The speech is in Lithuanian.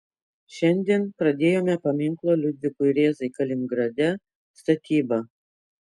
šiandien pradėjome paminklo liudvikui rėzai kaliningrade statybą